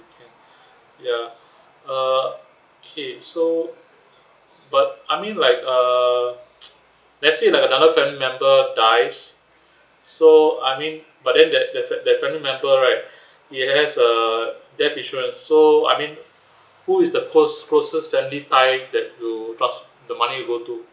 can ya err okay so but I mean like uh let's say like another family member dies so I mean but then that that that family member right he has a death insurance so I mean who is the close closest family ties that to trust the money would go to